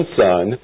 son